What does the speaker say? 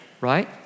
right